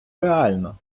реально